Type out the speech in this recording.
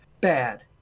bad